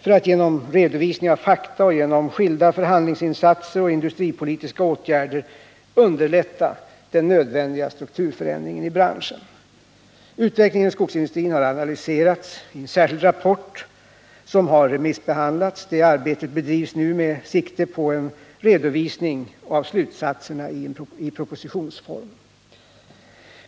för att genom redovisning av fakta, skilda förhandlingsinsatser och industripolitiska åtgärder underlätta den nödvändiga strukturförändringen av branschen. Utvecklingen inom skogsindustrin har analyserats i en särskild rapport som har remissbehandlats. Det arbetet bedrivs nu med sikte på en redovisning av slutsatserna i propositionsform.